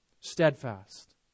Steadfast